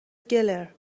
گلر